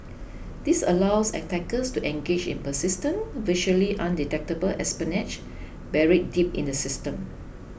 this allows attackers to engage in persistent virtually undetectable espionage buried deep in the system